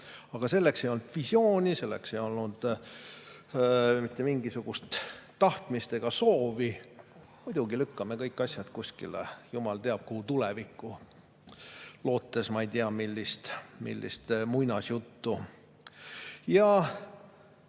Aga selleks ei olnud visiooni, selleks ei olnud mitte mingisugust tahtmist ega soovi. Muidugi, lükkame kõik asjad kuskile jumal teab kuhu tulevikku, lootes ma ei tea millist muinasjuttu.